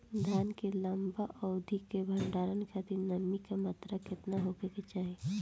धान के लंबा अवधि क भंडारण खातिर नमी क मात्रा केतना होके के चाही?